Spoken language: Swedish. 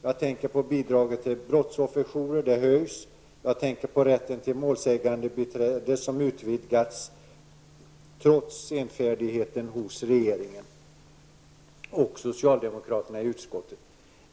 Jag tänker på höjningen av bidraget till brottsofferjourer, och jag tänker på rätten till målsägandebiträde som har utvidgats trots senfärdigheten hos regeringen och socialdemokraterna i utskottet.